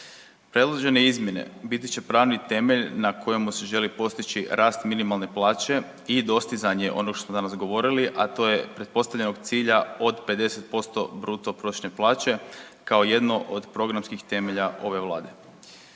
Predložene izmjene biti će pravni temelj na kojemu se želi postići rast minimalne plaće i dostizanje, onog što smo danas govorili, a to je pretpostavljenog cilja od 50% bruto prosječne plaće, kao jedno od programskih temelja ove Vlade.